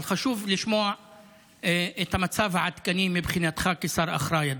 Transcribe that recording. אבל חשוב לשמוע את המצב העדכני מבחינתך כשר האחראי,